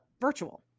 virtual